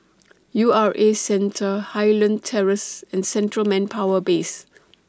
U R A Centre Highland Terrace and Central Manpower Base